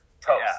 toast